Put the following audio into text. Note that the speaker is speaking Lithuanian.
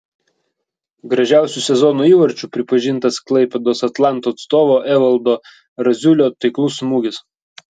gražiausiu sezono įvarčiu pripažintas klaipėdos atlanto atstovo evaldo raziulio taiklus smūgis